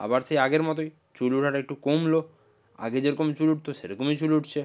আবার সেই আগের মতোই চুল ওঠাটা একটু কমল আগে যে রকম চুল উঠত সে রকমই চুল উঠছে